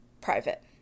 private